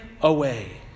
away